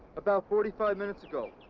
about forty five minutes ago.